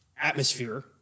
atmosphere